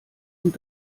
und